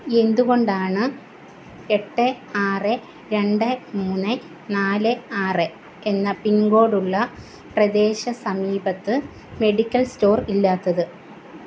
എന്തുകൊണ്ടാണ് എട്ട് ആറ് രണ്ട് മൂന്ന് നാല് ആറ് എന്ന പിൻ കോഡുള്ള പ്രദേശ സമീപത്ത് മെഡിക്കൽ സ്റ്റോർ ഇല്ലാത്തത്